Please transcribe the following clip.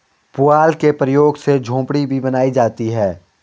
पुआल के प्रयोग से झोपड़ी भी बनाई जाती है